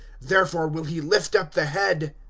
therefore will he lift up the head.